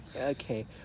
Okay